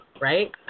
right